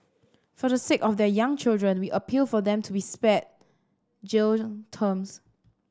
for the sake of their young children we appeal for them to be spared jail terms